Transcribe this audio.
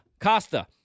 Costa